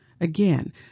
Again